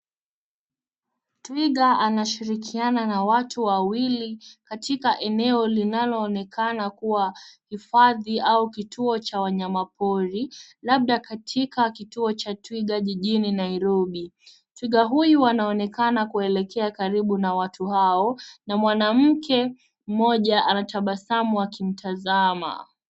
Twiga anashirikiana na watu wawili katika eneo linalo onekana kua hifadhi au kituo cha wanyama pori labda katika kituo cha twiga jijini Nairobi. Twiga huyu anaonekana kuelekea karibu na watu hao na mwanamke mmoja anatabasamu akimtazama.